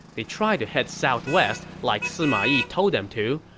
they tried to head southwest like sima yi told them to,